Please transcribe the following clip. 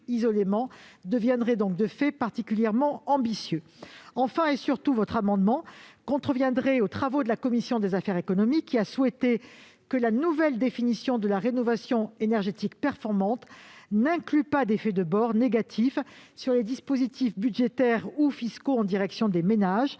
Enfin, et surtout, s'il était adopté, cet amendement contreviendrait aux travaux de la commission des affaires économiques, qui a souhaité que la nouvelle définition de la rénovation énergétique performante n'induise pas d'effet de bord négatif sur les dispositifs budgétaires ou fiscaux en direction des ménages.